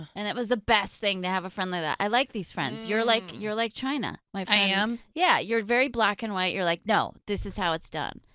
and it was the best thing to have a friend like that. i like these friends. you're like you're like china. i am? yeah, you're very black and white, you're like no, this is how it's done.